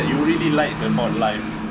you really like the life